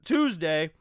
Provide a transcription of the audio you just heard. Tuesday